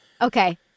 Okay